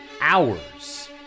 hours